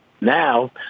now